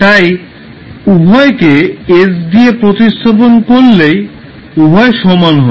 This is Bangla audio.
তাই উভয়কে s দিয়ে প্রতিস্থাপন করলেই উভয় সমান হবে